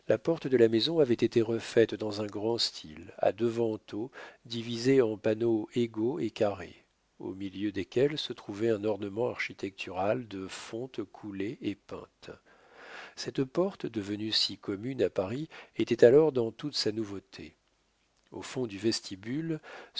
la porte de la maison avait été refaite dans un grand style à deux vantaux divisés en panneaux égaux et carrés au milieu desquels se trouvait un ornement architectural de fonte coulée et peinte cette porte devenue si commune à paris était alors dans toute sa nouveauté au fond du vestibule